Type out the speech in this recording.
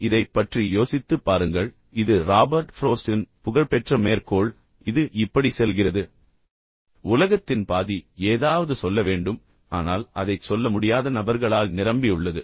இப்போது இதைப் பற்றி யோசித்துப் பாருங்கள் இது ராபர்ட் ஃப்ரோஸ்டின் புகழ்பெற்ற மேற்கோள் இது இப்படி செல்கிறது உலகத்தின் பாதி ஏதாவது சொல்ல வேண்டும் ஆனால் அதைச் சொல்ல முடியாத நபர்களால் நிரம்பியுள்ளது